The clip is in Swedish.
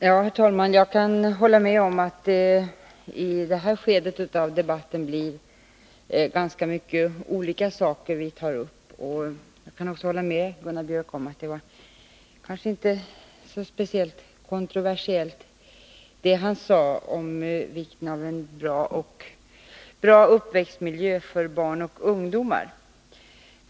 Herr talman! Jag kan hålla med om att det i det här skedet av debatten blir ganska många olika saker som vi tar upp. Jag kan också hålla med Gunnar Björk i Gävle om att det han sade om vikten av en bra uppväxtmiljö för barn och ungdomar inte var speciellt kontroversiellt.